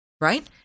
right